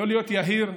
לא להיות יהיר,